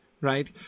Right